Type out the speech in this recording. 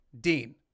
dean